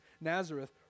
Nazareth